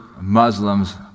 Muslims